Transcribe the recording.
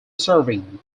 serving